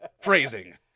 phrasing